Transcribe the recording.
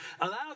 Allow